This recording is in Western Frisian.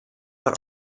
mar